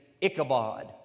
Ichabod